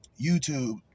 YouTube